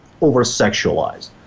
over-sexualized